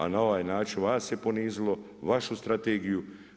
A na ovaj način vas je ponizilo, vašu strategiju.